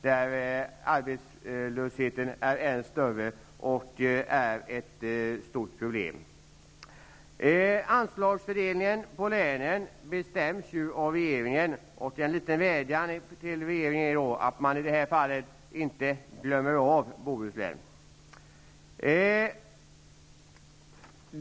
Där är den ett stort problem. Anslagsfördelningen på länen bestäms av regeringen och en liten vädjan till regeringen är att man i detta fall inte glömmer Bohuslän.